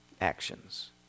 Actions